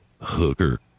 hooker